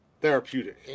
therapeutic